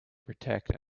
protect